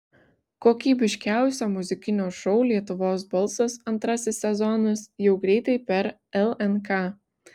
kokybiškiausio muzikinio šou lietuvos balsas antrasis sezonas jau greitai per lnk